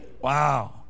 Wow